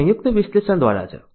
તે સંયુક્ત વિશ્લેષણ દ્વારા છે